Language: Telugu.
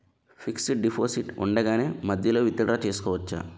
ఫిక్సడ్ డెపోసిట్ ఉండగానే మధ్యలో విత్ డ్రా చేసుకోవచ్చా?